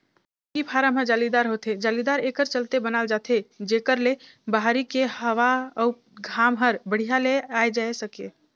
मुरगी फारम ह जालीदार होथे, जालीदार एकर चलते बनाल जाथे जेकर ले बहरी के हवा अउ घाम हर बड़िहा ले आये जाए सके